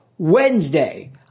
Wednesday